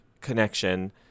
connection